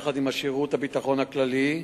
יחד עם שירות הביטחון הכללי,